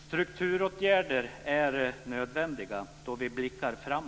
Strukturåtgärder är nödvändiga då vi blickar framåt.